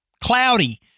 cloudy